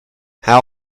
how